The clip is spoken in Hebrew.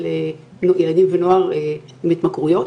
של ילדים ונוער עם התמכרויות?